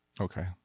Okay